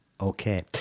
Okay